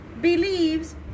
believes